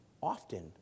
often